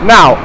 Now